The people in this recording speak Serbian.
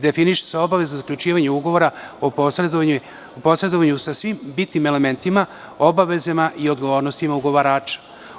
Definiše se obaveza zaključivanja ugovora o posredovanju sa svim bitnim elementima, obavezama i odgovornostima ugovarača.